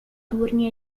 turni